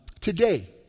Today